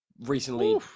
recently